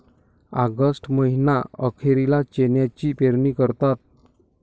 August महीना अखेरीला चण्याची पेरणी करतात